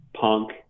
punk